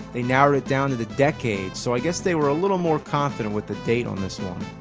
they narrowed it down to the decade, so i guess they were a little more confident with the date on this one.